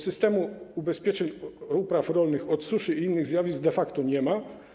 Systemu ubezpieczeń upraw rolnych od suszy i innych zjawisk de facto nie ma.